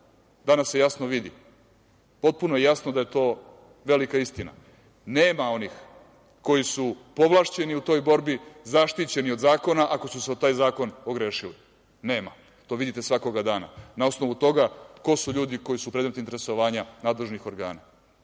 danas se jasno vidi, potpuno je jasno da je to velika istina, nema onih koji su povlašćeni u toj borbi, zaštićeni od zakona, ako su se o taj zakon ogrešili, nema. To vidite svakoga dana na osnovu toga ko su ljudi koji su predmet interesovanja nadležnih organa.